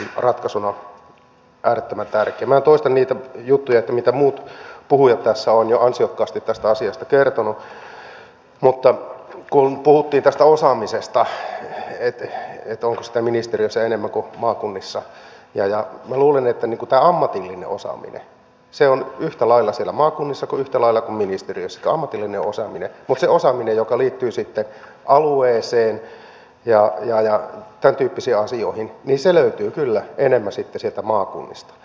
minä en toista niitä juttuja mitä muut puhujat tässä ovat jo ansiokkaasti tästä asiasta kertoneet mutta kun puhuttiin tästä osaamisesta onko sitä ministeriössä enemmän kuin maakunnissa minä luulen että tämä ammatillinen osaaminen on yhtä lailla siellä maakunnissa kuin ministeriöissä mutta se osaaminen joka liittyy alueeseen ja tämäntyyppisiin asioihin löytyy kyllä enemmän sitten sieltä maakunnista